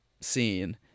scene